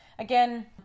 Again